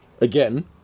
again